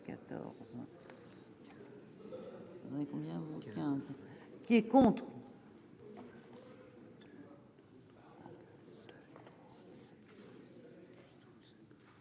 Qui est contre.